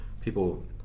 people